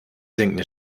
sinkende